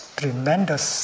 tremendous